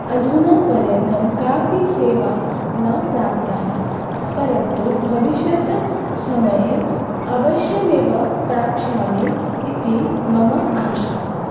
अधुनापर्यन्तं कापि सेवा न प्राप्ता परन्तु भविष्यत्समये अवश्यमेव प्राप्स्यामि इति मम आशा